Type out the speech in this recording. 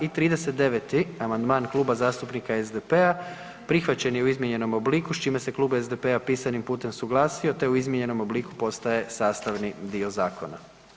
I 39. amandman Kluba zastupnika SDP-a prihvaćen je u izmijenjenom obliku s čime se Klub SDP-a pisanim putem suglasio te u izmijenjenom obliku postaje sastavni dio zakona.